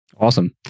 awesome